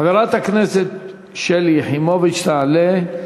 חברת הכנסת שלי יחימוביץ תעלה,